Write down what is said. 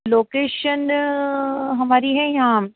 location हमारी है यहाँ